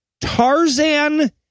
Tarzan